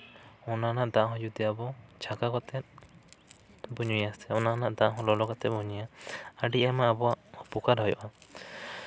ᱚᱱᱟ ᱨᱮᱱᱟᱜ ᱫᱟᱜ ᱦᱚᱸ ᱡᱩᱫᱤ ᱟᱵᱚ ᱪᱷᱟᱠᱟ ᱠᱟᱛᱮᱜ ᱵᱚᱱ ᱧᱩᱭᱟ ᱥᱮ ᱚᱱᱟ ᱨᱮᱱᱟᱜ ᱫᱟᱜ ᱦᱚᱸ ᱞᱚᱞᱚ ᱠᱟᱛᱮᱜ ᱵᱚᱱ ᱧᱩᱭᱟ ᱟᱹᱰᱤ ᱟᱭᱢᱟ ᱟᱵᱚᱣᱟᱜ ᱩᱯᱚᱠᱟᱨ ᱦᱩᱭᱩᱜᱼᱟ